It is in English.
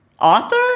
Author